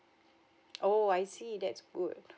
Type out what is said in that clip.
oh I see that's good